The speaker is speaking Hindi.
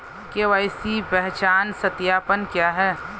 के.वाई.सी पहचान सत्यापन क्या है?